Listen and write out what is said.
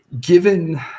given